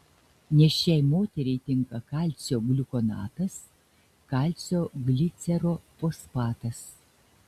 nėščiai moteriai tinka kalcio gliukonatas kalcio glicerofosfatas